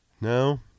No